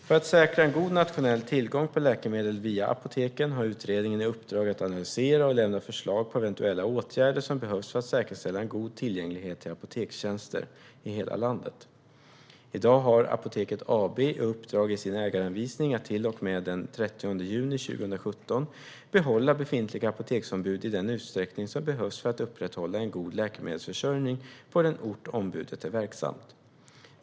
För att säkra en god nationell tillgång på läkemedel via apoteken har utredningen i uppdrag att analysera och lämna förslag på eventuella åtgärder som behövs för att säkerställa en god tillgänglighet till apotekstjänster i hela landet. I dag har Apoteket AB i uppdrag i sin ägaranvisning att till och med den 30 juni 2017 behålla befintliga apoteksombud i den utsträckning som behövs för att upprätthålla en god läkemedelsförsörjning på den ort där ombudet är verksamt.